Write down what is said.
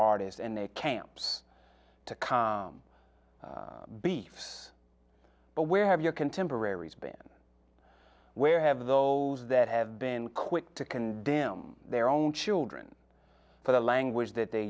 artists and their camps to come before but where have your contemporaries been where have those that have been quick to condemn their own children for the language that they